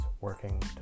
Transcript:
working